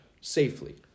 safely